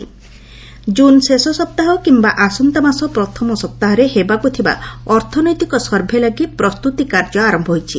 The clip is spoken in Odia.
ଇକୋନୋମିକ୍କ ସେନ୍ସସ୍ ଜୁନ୍ ଶେଷ ସପ୍ତାହ କିମ୍ବା ଆସନ୍ତା ମାସ ପ୍ରଥମ ସପ୍ତାହରେ ହେବାକୁ ଥିବା ଅର୍ଥନୈତିକ ସର୍ଭେ ଲାଗି ପ୍ରସ୍ତୁତି କାର୍ଯ୍ୟ ଆରମ୍ଭ ହୋଇଛି